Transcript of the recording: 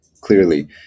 clearly